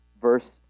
Verse